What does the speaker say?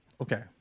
okay